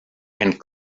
and